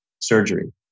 surgery